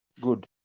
good